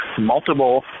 multiple